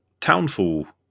Townfall